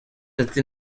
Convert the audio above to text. ati